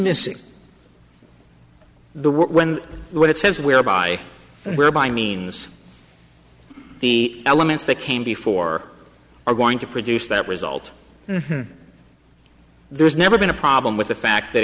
missing the what when what it says where by and where by means the elements that came before are going to produce that result and there's never been a problem with the fact that